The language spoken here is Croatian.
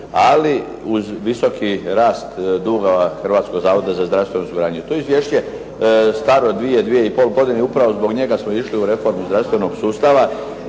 ali uz visoki rast dugova Hrvatskog zavoda za zdravstveno osiguranje. To je izvješće staro dvije, dvije i pol godine, i upravo zbog njega smo išli u reformu zdravstvenog sustava.